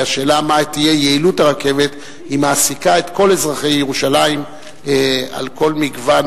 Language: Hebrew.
והשאלה מה תהיה יעילות הרכבת מעסיקה את כל אזרחי ירושלים על כל מגוון